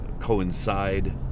coincide